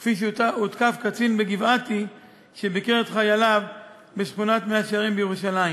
וכפי שהותקף קצין בגבעתי שביקר את חייליו בשכונת מאה-שערים בירושלים.